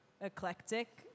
eclectic